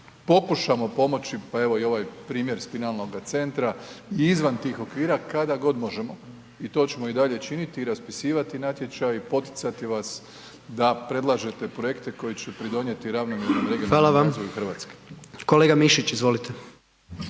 pokušamo pomoći pa evo i ovaj primjer spinalnoga centra i izvan tih okvira kada god možemo i to ćemo i dalje činiti i raspisivati natječaj i poticati vas da predlažete projekte koje će pridonijeti ravnomjernom regionalnom razvoju Hrvatske.